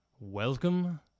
Welcome